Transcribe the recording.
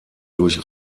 durch